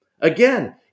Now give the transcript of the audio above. Again